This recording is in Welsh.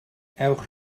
ewch